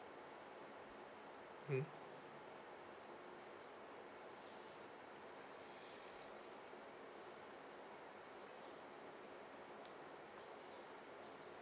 mm